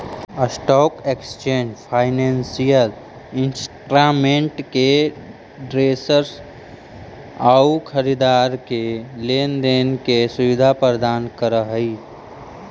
stock exchange financial instrument के traders आउ खरीदार के लेन देन के सुविधा प्रदान करऽ हइ